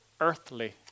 earthly